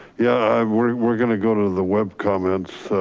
yeah, we're gonna go to the web comments,